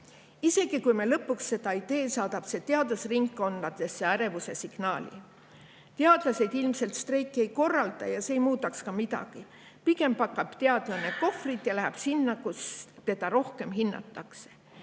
Isegi kui me lõpuks seda ei tee, saadab see teadusringkondadesse ärevuse signaali. Teadlased ilmselt streiki ei korralda ja see ei muudaks ka midagi. Pigem pakib teadlane kohvrid ja läheb sinna, kus teda rohkem hinnatakse.